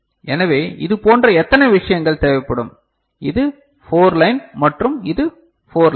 எனவே இதுபோன்ற எத்தனை விஷயங்கள் தேவைப்படும் இது 4 லைன் மற்றும் இது 4 லைன்